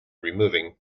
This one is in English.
removing